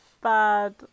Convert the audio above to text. bad